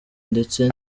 ndetse